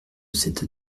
cette